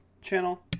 channel